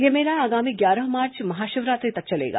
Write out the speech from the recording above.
यह मेला आगामी ग्यारह मार्च महाशिवरात्रि तक चलेगा